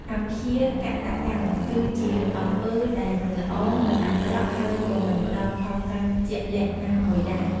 អព្យាកតកម្ម គឺជាអំពើដែលមិនល្អ មិនអាក្រក់ ហើយក៏មិនផ្តល់ផលកម្មជាក់លាក់ណាមួយដែរ។